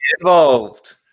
involved